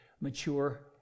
mature